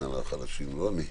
--- לחקיקה שלא קודמה אז.